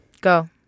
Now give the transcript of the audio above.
Go